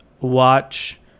Watch